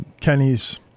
Kenny's